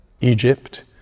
Egypt